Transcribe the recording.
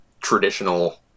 traditional